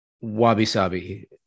Wabi-sabi